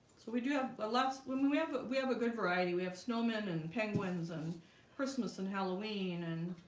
so we do have a lot when we we have but we have a good variety, we have snowmen and penguins and christmas and halloween and